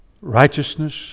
righteousness